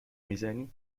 میزنی